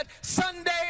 Sunday